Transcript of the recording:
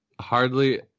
hardly